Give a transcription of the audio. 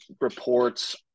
reports